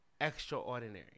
extraordinary